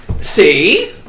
See